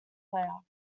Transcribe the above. player